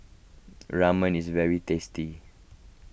Ramen is very tasty